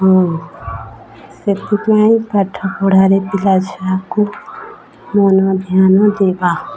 ହଁ ସେଥିପାଇଁ ପାଠପଢ଼ାରେ ପିଲାଛୁଆକୁ ମନ ଧ୍ୟାନ ଦେବା